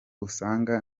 usanga